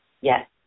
Yes